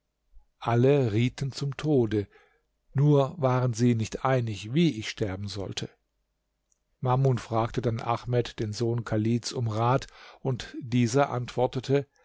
alle rieten zum tode nur waren sie nicht einig wie ich sterben sollte mamun fragte dann ahmed den sohn chalids um rat und dieser antwortete